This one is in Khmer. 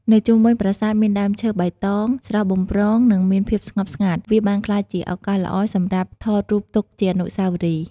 នៅជុំវិញប្រាសាទមានដើមឈើបៃតង ស្រស់បំព្រង និង មានភាពស្ងប់ស្ងាត់ វាបានក្លាយជាឱកាសល្អសម្រាប់ថតរូបទុកជាអនុស្សាវរីយ៍។